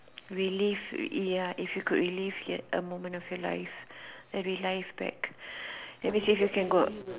relive ya if you could relive yet a moment of your life and relive back that means you can got